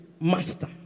master